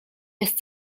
jest